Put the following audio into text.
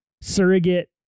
surrogate